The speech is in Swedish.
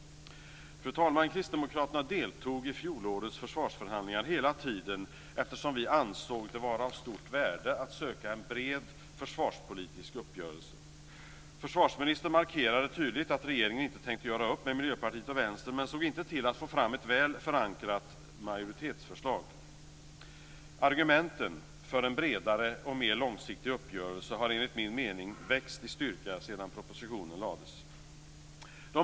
Fru talman! Kristdemokraterna deltog i fjolårets försvarsförhandlingar hela tiden eftersom vi ansåg det vara av stort värde att söka en bred försvarspolitisk uppgörelse. Försvarsministern markerade tydligt att regeringen inte tänkte göra upp med Miljöpartiet och Vänstern men såg inte till att få fram ett väl förankrat majoritetsförslag. Argumenten för en bredare och mer långsiktig uppgörelse har enligt min mening växt i styrka sedan propositionen lades fram.